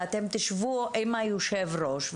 ואתם תשבו עם היושב-ראש,